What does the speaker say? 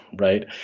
right